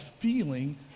feeling